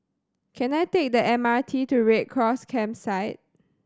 can I take the M R T to Red Cross Campsite